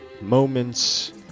moments